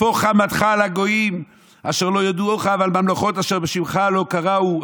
שפֺך חמתך אל הגויִם אשר לא ידעוך ועל ממלכות אשר בשמך לא קראו".